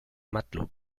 matelot